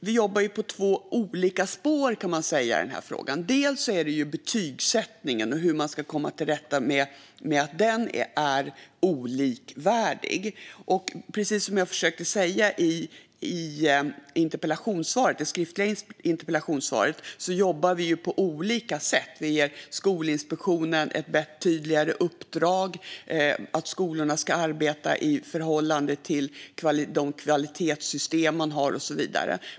Vi jobbar på två olika spår, kan man säga, i denna fråga. Det handlar om betygsättningen och hur man ska komma till rätta med att den är olikvärdig. Precis som jag försökte säga i interpellationssvaret jobbar vi på olika sätt. Vi ger Skolinspektionen ett tydligare uppdrag som handlar om att skolorna ska arbeta i förhållande till de kvalitetssystem man har och så vidare.